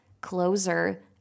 closer